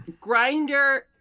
Grinder